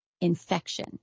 infection